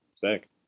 sick